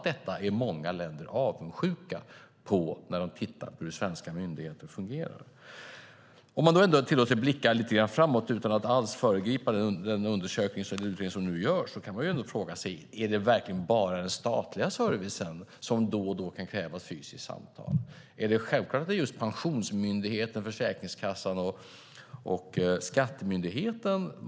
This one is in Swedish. Detta är många länder avundsjuka på när de tittar på hur svenska myndigheter fungerar. Om vi blickar framåt utan att föregripa den pågående utredningen kan man fråga sig om det verkligen bara är den statliga servicen som då och då kan kräva fysiska samtal. Är det självklart att det gäller just Pensionsmyndigheten, Försäkringskassan och skattemyndigheten?